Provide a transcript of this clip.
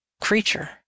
creature